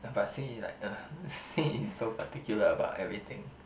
ya but Xin-Yi like uh Xin-Yi is so particular about everything